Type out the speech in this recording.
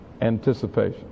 anticipation